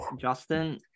Justin